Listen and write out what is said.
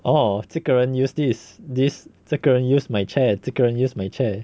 orh 这个人 use this this 这个人 use my chair 这个人 use my chair